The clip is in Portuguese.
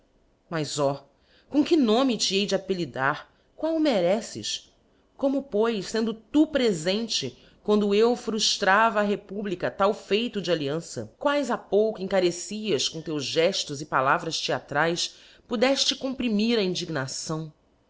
mas ó com que nome te hei de apellidar qual o mereces como pois fendo tu prefente quando eu fruftrava á republica tal feito alliança quaes ha pouco encarecias com teus geftos e palavras theatraess podefte comprimir a indignação